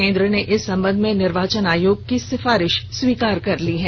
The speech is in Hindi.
केंद्र ने इस सम्बंध में निर्वाचन आयोग की सिफारिश स्वीकार कर ली है